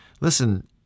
listen